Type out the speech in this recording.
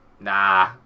nah